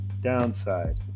downside